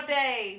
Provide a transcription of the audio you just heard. day